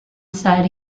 said